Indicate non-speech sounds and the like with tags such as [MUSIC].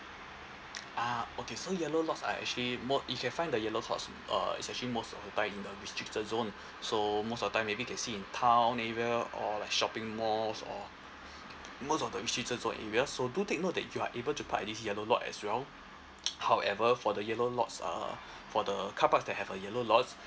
[NOISE] ah okay so yellow lots are actually more you can find the yellow lots uh it's actually most of the time in the restricted zone so most of the time maybe can see in town area or like shopping malls or most of the restricted zone areas so do take note that you are able to park at these yellow lot as well [NOISE] however for the yellow lots uh for the carparks that have a yellow lots